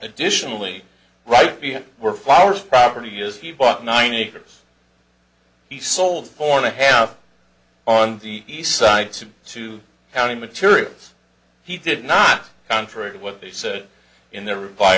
additionally right were flowers property is he bought nine acres he sold four and a half on the east side so to county materials he did not contrary to what they said in their reply